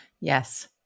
Yes